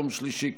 יום שלישי,